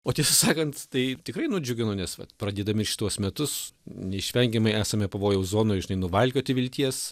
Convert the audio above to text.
o tiesą sakant tai tikrai nudžiugino nes vat pradėdami šituos metus neišvengiamai esame pavojaus zonoje žinai nuvalkioti vilties